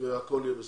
והכול יהיה בסדר.